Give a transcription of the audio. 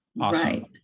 awesome